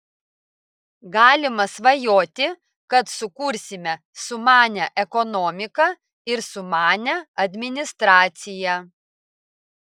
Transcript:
galima svajoti kad sukursime sumanią ekonomiką ir sumanią administraciją